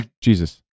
Jesus